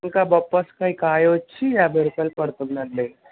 ఇంకా బొప్పాసి కాయ కాయ వచ్చి యాభై రూపాయలు పడుతుంది అండి